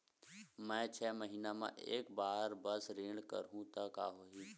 मैं छै महीना म एक बार बस ऋण करहु त का होही?